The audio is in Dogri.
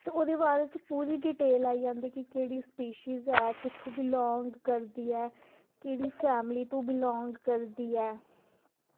ते ओह्दे बाद च पूरी डिटेल आई जंदी कि केह्ड़ी स्पेशिज़ ऐ कुत्थूं बिलांग करदी ऐ केह्ड़ी फैमिली तों बिलांग करदी ऐ